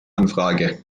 anfrage